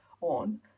on